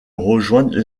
rejoindre